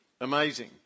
amazing